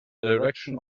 direction